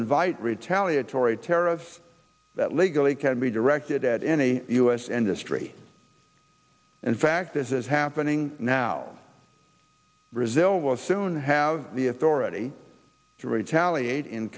invite retaliatory terror of legally can be directed at any us industry in fact this is happening now brazil will soon have the authority to retaliate in